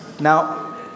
Now